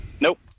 Nope